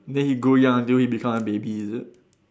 then he go young until he become a baby is it